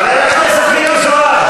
חבר הכנסת מיקי זוהר.